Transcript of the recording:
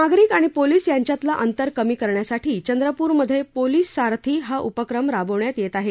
नागरिक आणि पोलीस यांच्यातलं अंतर कमी करण्यासाठी चंद्रपूरमधे पोलीस सारथी हा उपक्रम राबवण्यात येत आहे